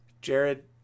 Jared